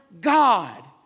God